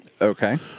Okay